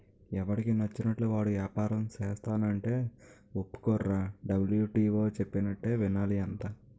ఎవడికి నచ్చినట్లు వాడు ఏపారం సేస్తానంటే ఒప్పుకోర్రా డబ్ల్యు.టి.ఓ చెప్పినట్టే వినాలి అంతా